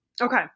Okay